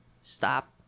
stop